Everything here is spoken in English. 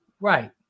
right